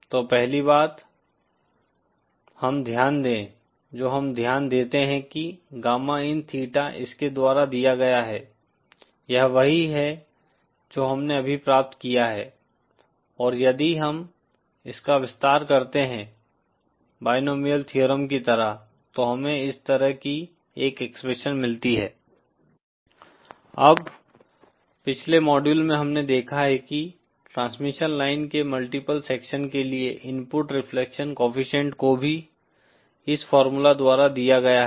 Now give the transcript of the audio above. तो पहली बात हम ध्यान दें जो हम ध्यान देते है कि गामा इन थीटा इसके द्वारा दिया गया है यह वही है जो हमने अभी प्राप्त किया हैं और यदि हम इसका विस्तार करते हैंबायनोमिअल थ्योरम की तरह तो हमें इस तरह की एक एक्सप्रेशन मिलती है अब पिछले मॉड्यूल में हमने देखा है कि ट्रांसमिशन लाइन के मल्टीप्ल सेक्शन के लिए इनपुट रिफ्लेक्शन कोएफ़िशिएंट को भी इस फार्मूला द्वारा दिया गया है